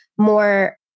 more